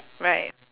right